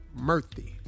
Murthy